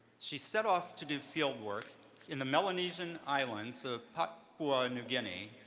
she set off to do field work in the melanesian islands of papua new guinea,